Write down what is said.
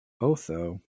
Otho